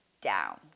down